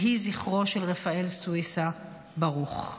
יהי זכרו של רפאל סויסה ברוך.